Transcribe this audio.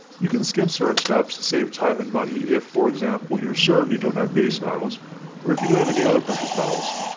you can skip certain steps and save time and money if for example you're certain you don't have base metals or if you don't have any other precious metals.